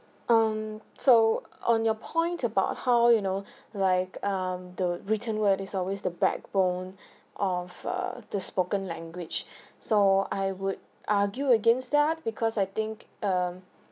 um so on your point about how you know like um the written word is always the backbone of err the spoken language so I would argue against that because I think um